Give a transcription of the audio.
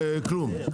כלום.